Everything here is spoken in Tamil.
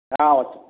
ஆ ஓகேங்க